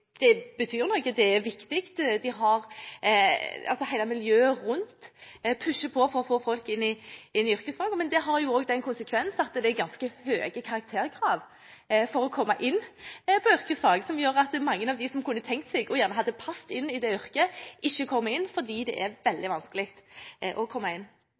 er viktig – hele miljøet rundt pusher på for å få folk inn i yrkesfagene. Men det har jo den konsekvens at det er ganske høye karakterkrav for å komme inn på yrkesfag, noe som gjør at mange av dem som kunne tenkt seg – og gjerne hadde passet inn i – et slikt yrke, ikke kommer inn fordi det er veldig vanskelig å komme inn.